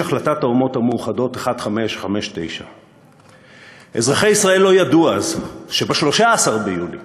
החלטת האומות המאוחדות 1559". אזרחי ישראל לא ידעו אז שב-13 ביולי